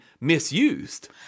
misused